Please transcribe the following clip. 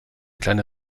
kleine